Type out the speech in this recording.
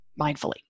mindfully